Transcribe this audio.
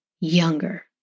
younger